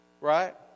right